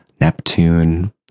Neptune